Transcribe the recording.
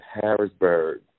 Harrisburg